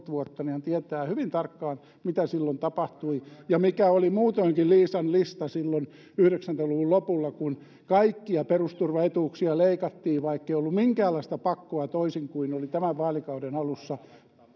vuotta niin hän tietää hyvin tarkkaan mitä silloin tapahtui ja mikä oli muutoinkin liisan lista silloin yhdeksänkymmentä luvun lopulla kun kaikkia perusturvaetuuksia leikattiin vaikkei ollut minkäänlaista pakkoa toisin kuin oli tämän vaalikauden alussa